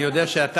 אני יודע שאתה,